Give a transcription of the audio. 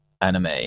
anime